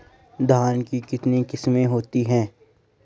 धान की कितनी किस्में होती हैं?